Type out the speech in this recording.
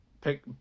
pick